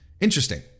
interesting